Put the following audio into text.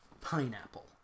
Pineapple